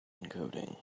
encoding